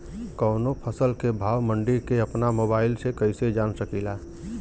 कवनो फसल के भाव मंडी के अपना मोबाइल से कइसे जान सकीला?